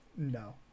No